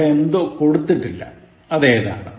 ഇവടെ എന്തോ കൊടുത്തിട്ടില്ല അത് ഏതാണ്